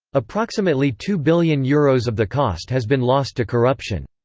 approximately two billion euros of the cost has been lost to corruption.